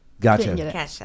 gotcha